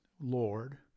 lord